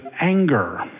anger